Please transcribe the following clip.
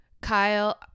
Kyle